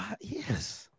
Yes